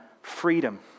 freedom